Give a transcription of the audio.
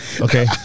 Okay